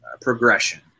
progression